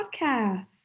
podcast